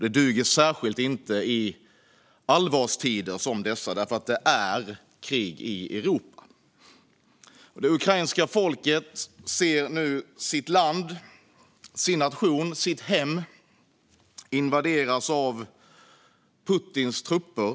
Det duger särskilt inte i allvarstider som dessa, för det är krig i Europa. Det ukrainska folket ser nu sitt land, sin nation, sitt hem invaderas av Putins trupper.